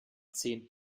zehn